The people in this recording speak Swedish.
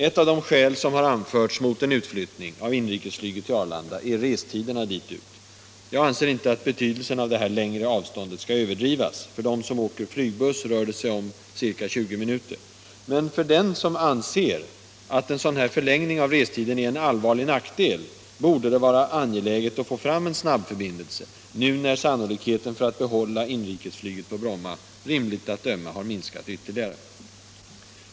Ett av de skäl som har anförts emot en utflyttning av inrikesflyget 95 Om en spårbunden förbindelse Stockholm-Arlanda till Arlanda är restiderna dit ut. Jag anser inte att betydelsen av det längre avståndet skall överdrivas. För dem som åker flygbuss rör det sig om ca 20 minuter. Men för dem som anser att en sådan förlängning av restiden är en allvarlig nackdel borde det vara angeläget att få fram en snabbförbindelse, nu när sannolikheten för att behålla inrikesflyget på Bromma rimligt att döma har minskat ytterligare.